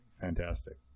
fantastic